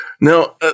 Now